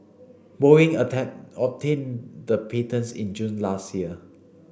Boeing obtained the patents in June last year